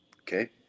Okay